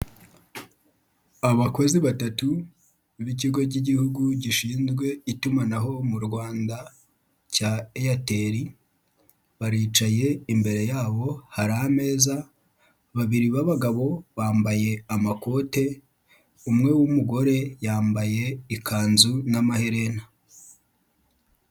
Abakozi batatu b'Ikigo k'Igihugu gishinzwe itumanaho mu Rwanda cya Airtel baricaye, imbere yabo hari ameza babiri b'abagabo bambaye amakote, umwe w'umugore yambaye ikanzu n'amaherena.